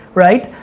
right?